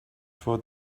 for